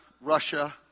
Russia